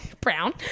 brown